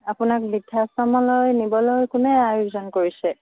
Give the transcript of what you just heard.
আপোনাক বৃদ্ধাশ্ৰমলৈ নিবলৈ কোনে আয়োজন কৰিছে